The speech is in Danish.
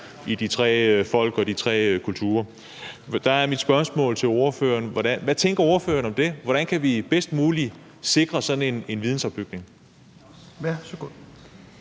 vi nu engang har. Der er mit spørgsmål til ordføreren: Hvad tænker ordføreren om det? Hvordan kan vi bedst muligt sikre sådan en vidensopbygning?